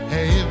Hey